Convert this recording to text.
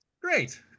great